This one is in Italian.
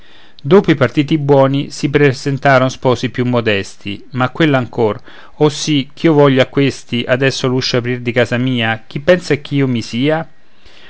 dopo i partiti buoni si presentaron sposi più modesti ma quella ancor oh sì ch'io voglio a questi adesso l'uscio aprir di casa mia chi pensan ch'io mi sia